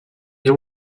bien